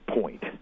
point